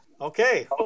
Okay